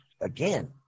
again